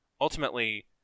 ultimately